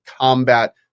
combat